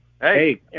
Hey